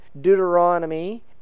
Deuteronomy